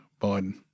Biden